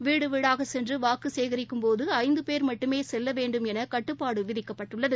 வீடு வீடாக சென்று வாக்கு சேகரிக்கும்போது ஐந்துபேர் மட்டுமே செல்லவேண்டும் என கட்டுப்பாடு விதிக்கப்பட்டுள்ளது